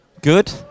Good